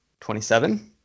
27